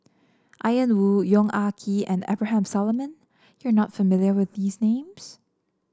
Ian Woo Yong Ah Kee and Abraham Solomon you are not familiar with these names